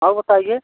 और बताइए